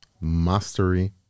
mastery